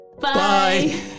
Bye